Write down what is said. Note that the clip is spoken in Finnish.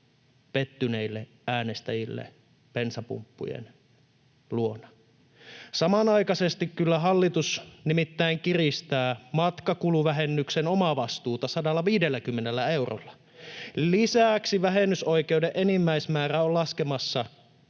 pettyneille äänestäjille bensapumppujen luona. Samanaikaisesti kyllä hallitus nimittäin kiristää matkakuluvähennyksen omavastuuta 150 eurolla. Lisäksi vähennysoikeuden enimmäismäärä on laskemassa